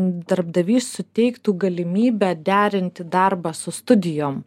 darbdavys suteiktų galimybę derinti darbą su studijom